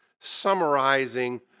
summarizing